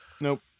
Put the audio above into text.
Nope